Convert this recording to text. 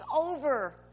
over